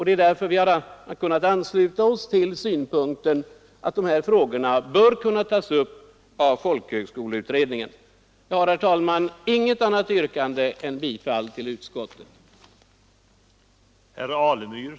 Det är därför vi har kunnat ansluta oss till synpunkten att de här frågorna bör kunna tas upp av folkhögskoleutredningen. Jag har, herr talman, inget annat yrkande än om bifall till utskottets hemställan.